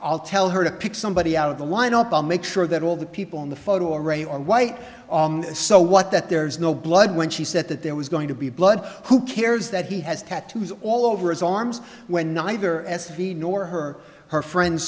i'll tell her to pick somebody out of the lineup on make sure that all the people in the photo array or white so what that there is no blood when she said that there was going to be blood who cares that he has tattoos all over his arms when neither as he nor her her friend